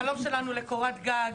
החלום שלנו לקורת גג,